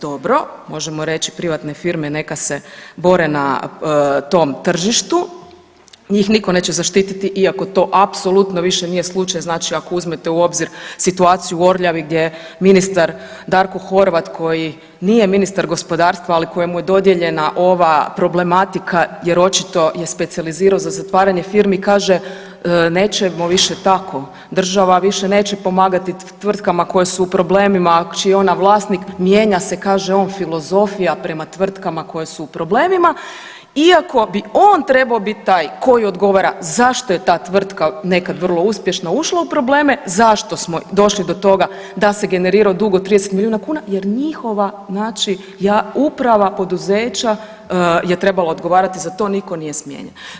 Dobro, možemo reći privatne firme neka se bore na tom tržištu, njih niko neće zaštititi iako to apsolutno više nije slučaj ako uzmete u obzir situaciju u Orljavi gdje ministar Darko Horvat koji nije ministar gospodarstva, ali koji mu je dodijeljena ova problematika jer očito je specijalizirao za zatvaranje firmi kaže, nećemo više tako, država više neće pomagati tvrtkama koje su u problemima čiji je ona vlasnik, mijenja se kaže on filozofija prema tvrtkama koje su u problemima iako bi on trebao biti taj koji odgovara zašto je ta tvrtka nekad vrlo uspješna ušla u probleme, zašto smo došli do toga da se generirao dug od 30 milijuna kuna jer njihova uprava poduzeća je trebala odgovarati za to niko nije smijenjen.